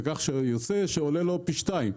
ולכן יוצא שזה עולה לו פי שתיים.